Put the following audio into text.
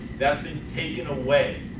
that's been taken away.